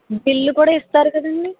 bill కూడా ఇస్తారు కదండి